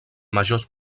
majors